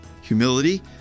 humility